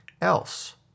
else